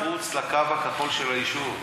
מחוץ לקו הכחול של היישוב,